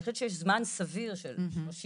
אני חושבת שיש זמן סביר של שלושים,